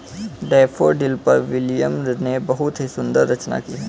daffodil पर William ने बहुत ही सुंदर रचना की है